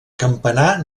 campanar